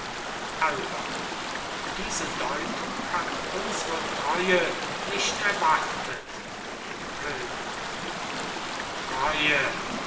alba diese deutung hat unsre treue nicht erwartet könig treue